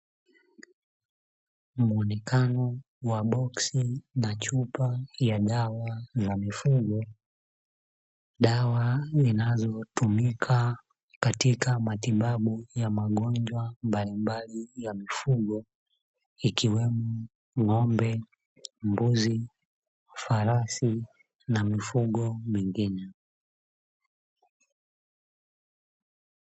Muonekano wa boksi na chupa ya dawa za mifugo, dawa zinazotumika katika matibabu ya magonjwa mbalimbali ya mifugo ikiwemo ng'ombe, mbuzi, farasi na mifugo mingine.